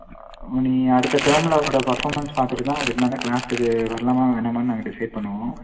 நீங்கள் அடுத்த டேர்மில் ஓட பர்ஃபார்மன்ஸ் பார்த்துட்டு தான் அதுக்கு மேலே கிளாஸுக்கு வரலாமா வேணாமான்னு நாங்கள் டிசைட் பண்ணுவோம்